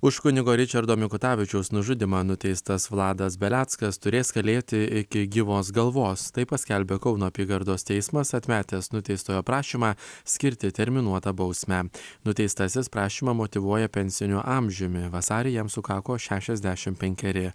už kunigo ričardo mikutavičiaus nužudymą nuteistas vladas beleckas turės kalėti iki gyvos galvos tai paskelbė kauno apygardos teismas atmetęs nuteistojo prašymą skirti terminuotą bausmę nuteistasis prašymą motyvuoja pensiniu amžiumi vasarį jam sukako šešiasdešim penkeri